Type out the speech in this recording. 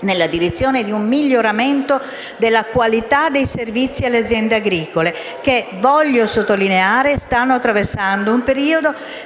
nella direzione di un miglioramento della qualità dei servizi alle aziende agricole, che - voglio sottolineare - stanno attraversando un periodo